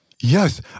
Yes